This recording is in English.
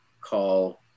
call